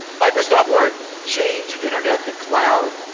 microsoft word, change internet to cloud.